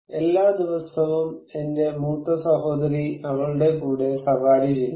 എല്ലാ ദിവസവും എന്റെ മൂത്ത സഹോദരി അവളുടെ കൂടെ സവാരി ചെയ്യുന്നു